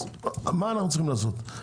מה אנו צריכים לעשות?